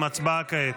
הצבעה כעת.